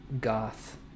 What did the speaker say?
goth